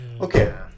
Okay